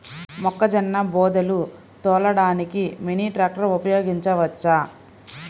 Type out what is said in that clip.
మొక్కజొన్న బోదెలు తోలడానికి మినీ ట్రాక్టర్ ఉపయోగించవచ్చా?